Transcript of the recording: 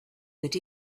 that